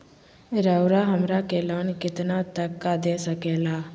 रउरा हमरा के लोन कितना तक का दे सकेला?